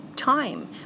time